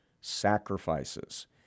sacrifices